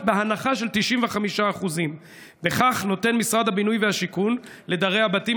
בהנחה של 95%. בכך נותן משרד השיכון לדרי הבתים,